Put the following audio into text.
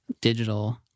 digital